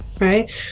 Right